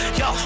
yo